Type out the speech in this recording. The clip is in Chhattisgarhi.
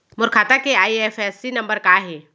मोर खाता के आई.एफ.एस.सी नम्बर का हे?